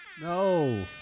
No